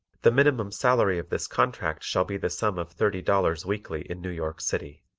the minimum salary of this contract shall be the sum of thirty dollars weekly in new york city